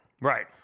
Right